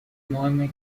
مهم